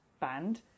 band